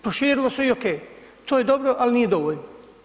Proširilo se i ok, to je dobro ali nije dovoljno.